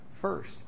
first